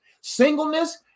Singleness